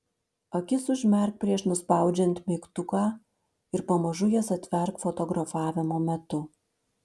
akis užmerk prieš nuspaudžiant mygtuką ir pamažu jas atverk fotografavimo metu